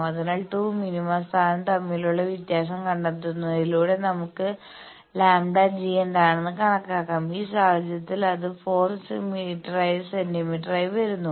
അതിനാൽ 2 മിനിമ സ്ഥാനം തമ്മിലുള്ള വ്യത്യാസം കണ്ടെത്തുന്നതിലൂടെ നമുക്ക് λg എന്താണെന്ന് കണക്കാക്കാം ഈ സാഹചര്യത്തിൽ അത് 4 സെന്റീമീറ്ററായി വരുന്നു